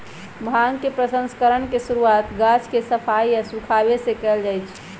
भांग के प्रसंस्करण के शुरुआत गाछ के सफाई आऽ सुखाबे से कयल जाइ छइ